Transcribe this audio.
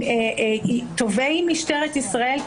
תובעי משטרת ישראל,